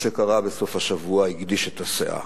מה שקרה בסוף השבוע הגדיש את הסאה: